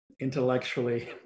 intellectually